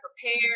prepare